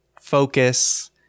focus